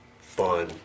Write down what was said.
fun